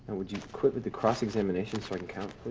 would you quit with the cross-examination sort of